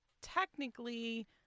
technically